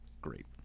Great